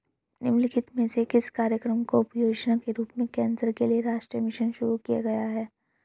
निम्नलिखित में से किस कार्यक्रम को उपयोजना के रूप में कैंसर के लिए राष्ट्रीय मिशन शुरू किया गया है?